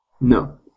No